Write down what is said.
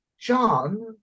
John